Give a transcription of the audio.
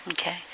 Okay